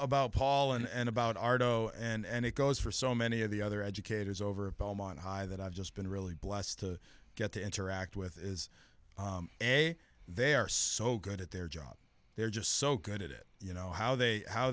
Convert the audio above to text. about paul and about argo and it goes for so many of the other educators over a poem on high that i've just been really blessed to get to interact with is a they're so good at their job they're just so good at it you know how they how